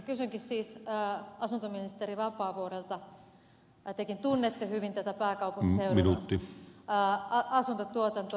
kysynkin siis asuntoministeri vapaavuorelta kun tekin tunnette hyvin tätä pääkaupunkiseudun asuntotuotantoa